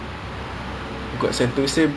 oo a'ah